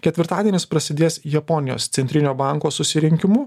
ketvirtadienis prasidės japonijos centrinio banko susirinkimu